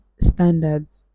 standards